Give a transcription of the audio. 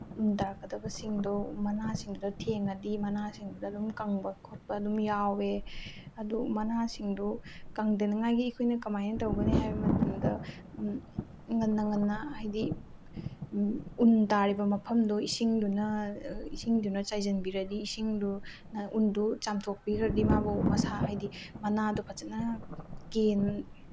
ꯎꯟ ꯇꯥꯔꯛꯀꯗꯕꯁꯤꯡꯗꯣ ꯃꯅꯥꯁꯤꯡꯗꯨꯗ ꯊꯦꯡꯉꯗꯤ ꯃꯅꯥꯁꯤꯡꯗꯨꯗ ꯑꯗꯨꯝ ꯀꯪꯕ ꯈꯣꯠꯄ ꯑꯗꯨꯝ ꯌꯥꯎꯋꯦ ꯑꯗꯨ ꯃꯅꯥꯁꯤꯡꯗꯨ ꯀꯪꯗꯅꯉꯥꯏꯒꯤ ꯑꯩꯈꯣꯏꯅ ꯀꯃꯥꯏꯅ ꯇꯧꯒꯅꯤ ꯍꯥꯏꯕ ꯃꯇꯝꯗ ꯉꯟꯅ ꯉꯟꯅ ꯍꯥꯏꯗꯤ ꯎꯟ ꯇꯥꯔꯤꯕ ꯃꯐꯝꯗꯣ ꯏꯁꯤꯡꯗꯨꯅ ꯏꯁꯤꯡꯗꯨꯅ ꯆꯥꯏꯁꯤꯟꯕꯤꯔꯗꯤ ꯎꯟꯗꯨ ꯆꯥꯝꯊꯣꯛꯄꯤꯈ꯭ꯔꯗꯤ ꯃꯥꯕꯨ ꯃꯁꯥ ꯍꯥꯏꯗꯤ ꯃꯅꯥꯗꯣ ꯐꯖꯅ